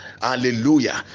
hallelujah